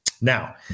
Now